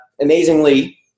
amazingly